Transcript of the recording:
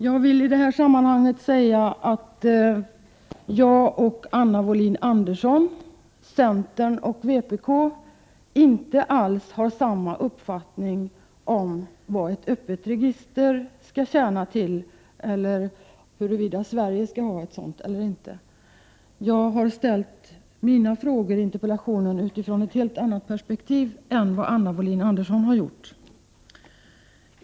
Jag vill i detta sammanhang säga att jag och Anna Wohlin-Andersson, vpk och centern, inte alls har samma uppfattning om vad ett öppet register skall tjäna till eller huruvida Sverige skall ha ett sådant. Jag har ställt mina interpellationer utifrån ett helt annat perspektiv än Anna Wohlin-Andersson.